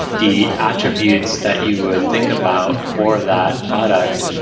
the attributes that you would think about for that product,